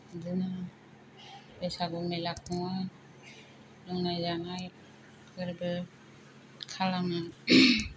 बिदिनो बैसागु मेला खुङो लोंनाय जानाय फोरबो खालामो